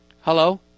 Hello